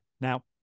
Now